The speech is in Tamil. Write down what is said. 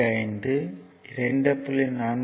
45 2